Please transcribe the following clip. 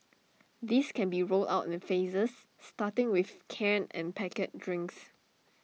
this can be rolled out in phases starting with canned and packet drinks